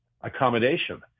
accommodation